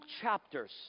chapters